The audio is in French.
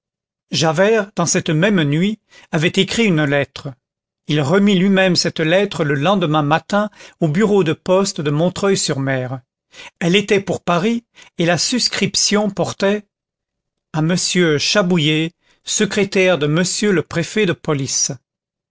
javert dans cette même nuit avait écrit une lettre il remit lui-même cette lettre le lendemain matin au bureau de poste de montreuil sur mer elle était pour paris et la suscription portait à monsieur chabouillet secrétaire de monsieur le préfet de police